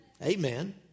Amen